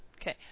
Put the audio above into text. Okay